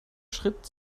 schritt